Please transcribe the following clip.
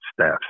staff